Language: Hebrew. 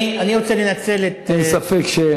אין ספק,